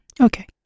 Okay